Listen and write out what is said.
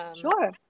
Sure